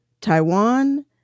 Taiwan